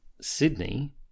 Sydney